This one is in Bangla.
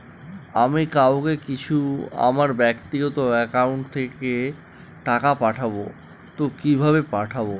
আমি কাউকে কিছু আমার ব্যাক্তিগত একাউন্ট থেকে টাকা পাঠাবো তো কিভাবে পাঠাবো?